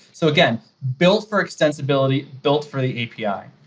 so again, built for extensibility, built for the api.